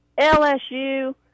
LSU